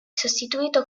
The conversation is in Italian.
sostituito